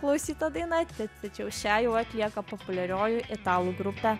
klausyto vienatvę tačiau šią jau atlieka populiarioji italų grupe